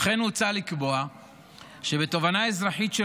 וכן מוצע לקבוע שבתובענה אזרחית של